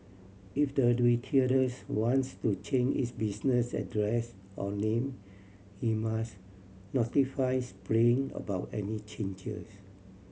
if the retailers wants to change its business address or name he must notify Spring about any changes